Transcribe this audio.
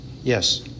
Yes